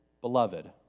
Beloved